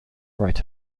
right